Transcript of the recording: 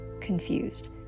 confused